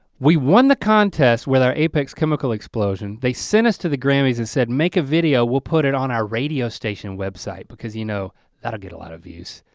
we won the contest with our apex chemical explosion they sent us to the grammys and said make a video we'll put it on our radio station website because you know that'll get a lot of views.